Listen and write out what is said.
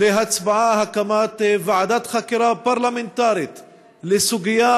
להצבעה הקמת ועדת חקירה פרלמנטרית לסוגיה